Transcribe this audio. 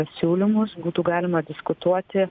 siūlymus būtų galima diskutuoti